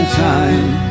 time